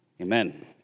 Amen